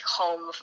home